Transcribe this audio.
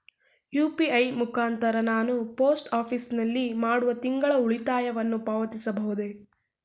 UPI ಮುಖಾಂತರ ನಾನು post office ನಲ್ಲಿ ಮಾಡುವ ತಿಂಗಳ ಉಳಿತಾಯವನ್ನು ಪಾವತಿಸಬಹುದೇ?